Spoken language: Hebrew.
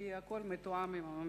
הכול יהיה מתואם עם הממשלה.